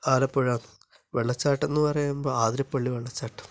ആലപ്പുഴ എന്ന് വെള്ളച്ചാട്ടമെന്ന് പറയുമ്പോൾ ആതിരപ്പള്ളി വെള്ളച്ചാട്ടം